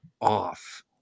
off